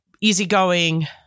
easygoing